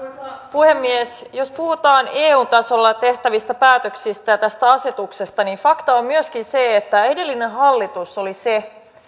puhemies jos puhutaan eun tasolla tehtävistä päätöksistä ja tästä asetuksesta niin fakta on myöskin se että edellinen hallitus oli se